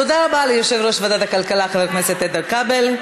תודה רבה ליושב-ראש ועדת הכלכלה חבר הכנסת איתן כבל.